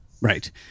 Right